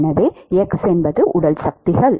எனவே என்பது உடல் சக்திகள்